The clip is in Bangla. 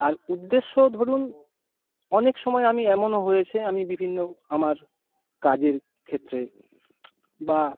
আর উদ্দেশ্য ধরুন অনেক সময় আমি এমনও হয়েছে আমি বিভিন্ন আমার কাজের ক্ষেত্রে বা